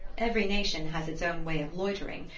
every nation has its own way of loitering,